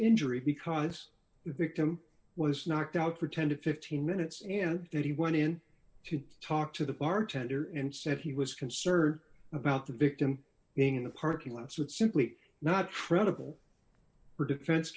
injury because there tim was knocked out for ten to fifteen minutes and then he went in to talk to the bartender and said he was concerned about the victim being in the parking lot so it's simply not credible for defense